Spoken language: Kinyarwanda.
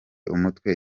umutwe